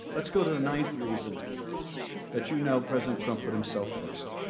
let's go to the ninth reason that you know president trump put himself first.